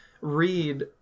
read